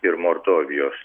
ir mordovijos